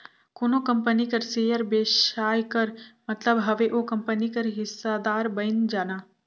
कोनो कंपनी कर सेयर बेसाए कर मतलब हवे ओ कंपनी कर हिस्सादार बइन जाना